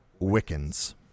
Wiccans